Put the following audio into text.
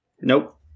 Nope